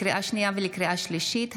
לקריאה שנייה ולקריאה שלישית,